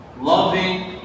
loving